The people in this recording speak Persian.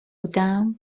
بودم